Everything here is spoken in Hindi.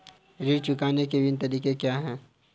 ऋण चुकाने के विभिन्न तरीके क्या हैं?